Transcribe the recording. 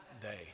day